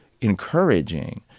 encouraging